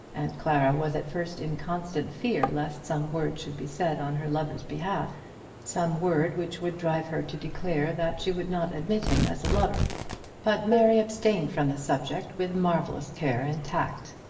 and clara was at first in constant fear lest some word should be said on her lover's behalf some word which would drive her to declare that she would not admit him as a lover but mary abstained from the subject with marvellous care and tact.